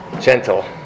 Gentle